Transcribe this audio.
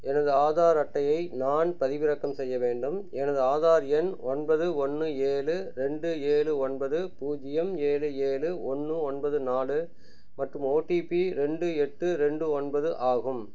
எனது ஆதார் அட்டையை நான் பதிவிறக்கம் செய்ய வேண்டும் எனது ஆதார் எண் ஒன்பது ஒன்று ஏழு ரெண்டு ஏழு ஒன்பது பூஜ்ஜியம் ஏழு ஏழு ஒன்று ஒன்பது நாலு மற்றும் ஓடிபி ரெண்டு எட்டு ரெண்டு ஒன்பது ஆகும்